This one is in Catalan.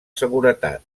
seguretat